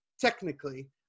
technically